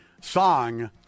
song